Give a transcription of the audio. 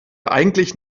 eigentlich